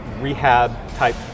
rehab-type